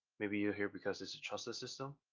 maybe you're here because it's a trusted system,